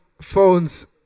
Phones